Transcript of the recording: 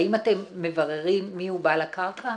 האם אתם מבררים מיהו בעל הקרקע?